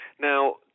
Now